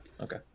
okay